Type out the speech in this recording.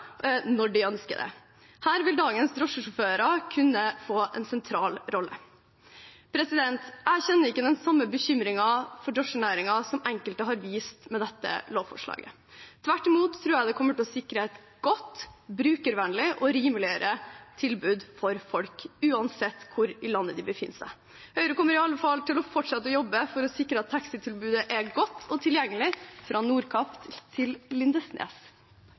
når de ønsker det. Her vil dagens drosjesjåfører kunne få en sentral rolle. Jeg kjenner ikke den samme bekymringen for drosjenæringen som enkelte har vist med dette lovforslaget. Tvert imot tror jeg det kommer til å sikre et godt, brukervennlig og rimeligere tilbud for folk, uansett hvor i landet de befinner seg. Høyre kommer i alle fall til å fortsette å jobbe for å sikre at taxitilbudet er godt og tilgjengelig fra Nordkapp til Lindesnes.